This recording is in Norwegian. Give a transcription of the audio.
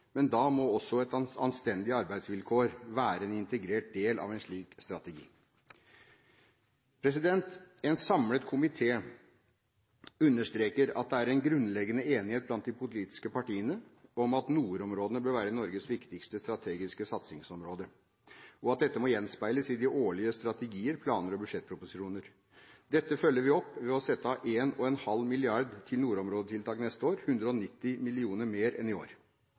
Men da må også anstendige arbeidsvilkår være en integrert del av en slik strategi. En samlet komité understreker at det er grunnleggende enighet blant de politiske partiene om at nordområdene bør være Norges viktigste strategiske satsingsområde, og at dette må gjenspeiles i de årlige strategier, planer og budsjettproposisjoner. Dette følger vi opp ved å sette av 1,5 mrd. kr til nordområdetiltak neste år, 190 mill. kr mer enn i år.